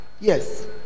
Yes